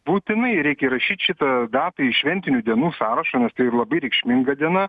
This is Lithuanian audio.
būtinai reikia įrašyt šitą datą į šventinių dienų sąrašą nes tai yra labai reikšminga diena